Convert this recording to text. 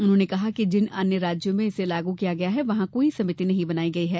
उन्होंने कहा कि जिन अन्य राज्यों में इसे लागू किया गया है वहां कोई समिति नहीं बनाई गई है